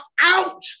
out